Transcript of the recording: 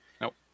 Nope